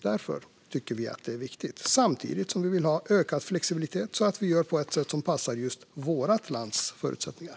Därför tycker vi att det är viktigt. Samtidigt vill vi ha ökad flexibilitet, så att vi gör detta på ett sätt som passar just vårt lands förutsättningar.